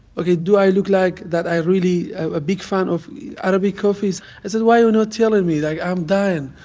ok. do i look like that i really am a big fan of arabic coffees? i said, why you're not telling me? like, i'm dying.